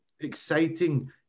exciting